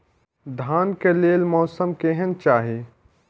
धान के लेल मौसम केहन चाहि?